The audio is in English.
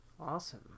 Awesome